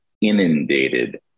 inundated